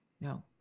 no